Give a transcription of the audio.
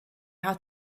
how